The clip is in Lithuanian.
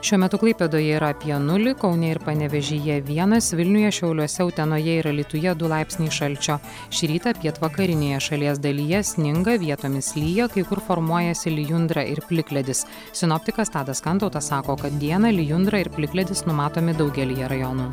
šiuo metu klaipėdoje yra apie nulį kaune ir panevėžyje vienas vilniuje šiauliuose utenoje ir alytuje du laipsniai šalčio šį rytą pietvakarinėje šalies dalyje sninga vietomis lijo kai kur formuojasi lijundra ir plikledis sinoptikas tadas kantautas sako kad dieną lijundra ir plikledis numatomi daugelyje rajonų